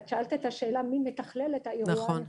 גם